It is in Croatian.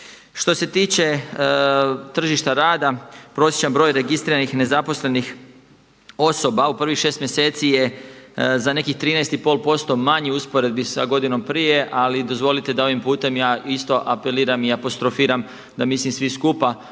Što se tiče tržišta rada, prosječan broj registriranih nezaposlenih osoba u prvih šest mjeseci je za nekih 13,5% manji u usporedbi sa godinom prije, ali dozvolite da ovim putem ja isto apeliram i apostrofiram da mislim svi skupa i našim